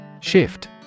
Shift